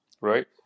right